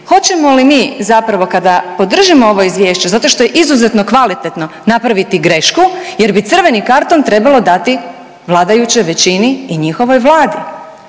hoćemo li mi zapravo, kada podržimo ovo Izvješće zato što je izuzetno kvalitetno napraviti grešku jer bi crveni karton trebalo dati vladajućoj većini i njihovoj vladi.